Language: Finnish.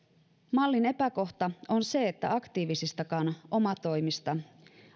mallin epäkohta on se että aktiivistakaan omatoimista